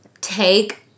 take